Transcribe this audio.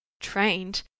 Trained